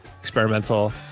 Experimental